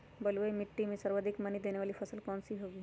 बलुई मिट्टी में सर्वाधिक मनी देने वाली फसल कौन सी होंगी?